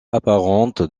apparente